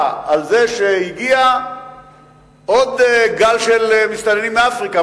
התרעה שהגיע עוד גל של מסתננים מאפריקה,